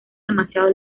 demasiado